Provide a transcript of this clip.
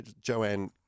Joanne